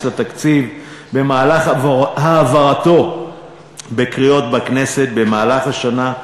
לתקציב במהלך העברתו בקריאות בכנסת במהלך השנה,